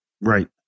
Right